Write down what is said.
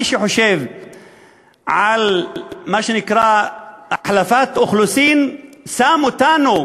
מי שחושב על מה שנקרא החלפת אוכלוסין שם אותנו,